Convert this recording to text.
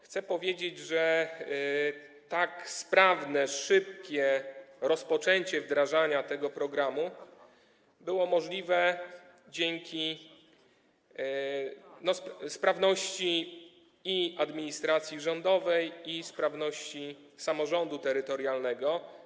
Chcę powiedzieć, że tak szybkie rozpoczęcie wdrażania tego programu było możliwe dzięki sprawności administracji rządowej i sprawności samorządu terytorialnego.